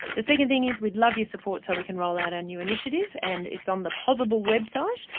the second thing is we'd love your support so we can roll out our new initiative, and it's on the pozible website,